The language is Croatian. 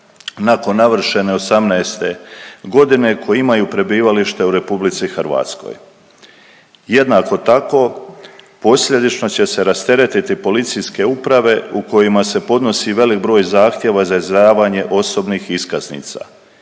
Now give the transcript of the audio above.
nakon navršene 18. godine koji imaju prebivalište u RH. Jednako tako posljedično će se rasteretiti policijske uprave u kojima se podnosi velik broj zahtjeva za izdavanje osobnih iskaznica